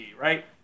right